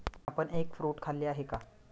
आपण egg fruit खाल्ले आहे का?